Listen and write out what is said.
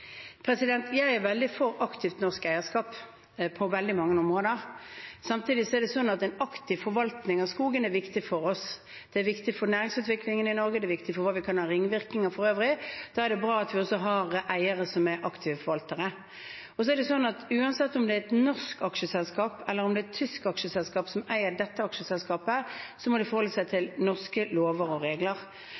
Jeg er veldig for aktivt norsk eierskap på veldig mange områder. Samtidig er en aktiv forvaltning av skogen viktig for oss, det er viktig for næringsutviklingen i Norge, det er viktig for hva vi har av ringvirkninger for øvrig. Da er det bra at vi også har eiere som er aktive forvaltere. Uansett om det er et norsk eller et tysk aksjeselskap, må de forholde seg til norske lover og regler.